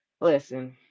Listen